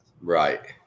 Right